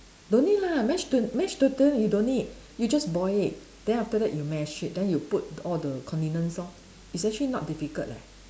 don't need lah mashed t~ mashed potato you don't need you just boil it then after that you mash it then you put all the condiments lor it's actually not difficult leh